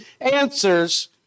answers